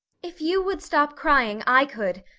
if you would stop crying i could,